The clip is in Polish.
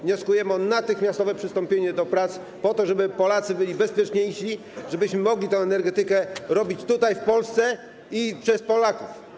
wnioskujemy o natychmiastowe przystąpienie do prac, po to żeby Polacy byli bezpieczniejsi, żebyśmy mogli tę energetykę robić tutaj, w Polsce i przez Polaków.